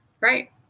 right